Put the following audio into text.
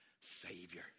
Savior